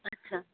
अच्छा